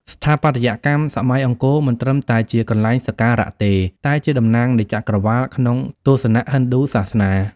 ស្ថាបត្យកម្មសម័យអង្គរមិនត្រឹមតែជាកន្លែងសក្ការៈទេ តែជាតំណាងនៃចក្រវាឡក្នុងទស្សនៈហិណ្ឌូសាសនា។